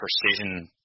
precision